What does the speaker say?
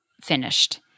finished